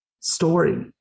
story